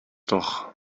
doch